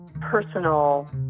personal